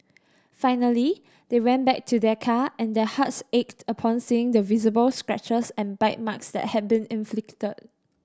finally they went back to their car and their hearts ached upon seeing the visible scratches and bite marks that had been inflicted